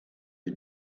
die